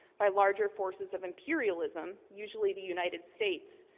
by larger forces of imperialism, usually the united states,